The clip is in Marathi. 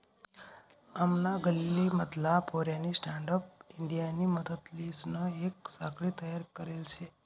आमना गल्ली मधला पोऱ्यानी स्टँडअप इंडियानी मदतलीसन येक साखळी तयार करले शे